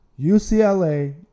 UCLA